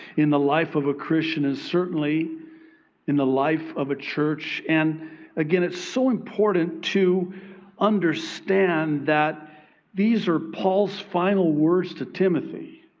in the life of a christian and certainly in the life of a church. and again, it's so important to understand that these are paul's final words to timothy.